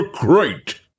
great